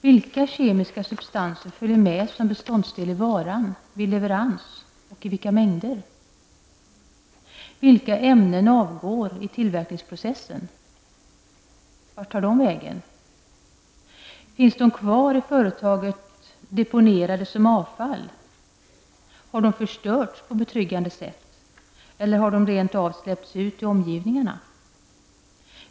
Vilka kemiska substanser följer med som beståndsdel i varan vid leverans och i vilka mängder? Vilka ämnen avgår i tillverkningsprocessen? Vart tar de vägen? Finns de kvar i företaget deponerade som avfall, har de förstörts på betryggande sätt eller har de rent av släppts ut i omgivningarna?